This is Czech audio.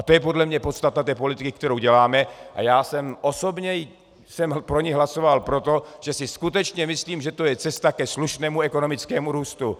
To je podle mě podstata politiky, kterou děláme, a já jsem pro ni osobně hlasoval proto, že si skutečně myslím, že to je cesta ke slušnému ekonomickému růstu.